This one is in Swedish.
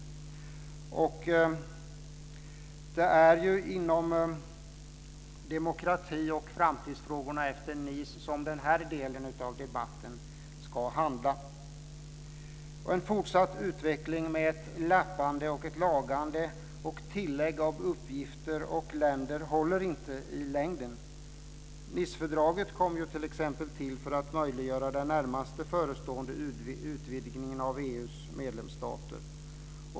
Det är ju demokrati och framtidsfrågorna efter Nice som den här delen av debatten ska handla om. En fortsatt utveckling med ett lappande och lagande och med tillägg av uppgifter och länder håller dock inte i längden. Nicefördraget kom ju t.ex. till för att möjliggöra den närmast förestående utvidgningen av EU:s medlemsstater.